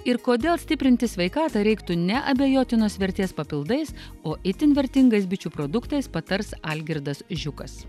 ir kodėl stiprinti sveikatą reiktų ne abejotinos vertės papildais o itin vertingais bičių produktais patars algirdas žiukas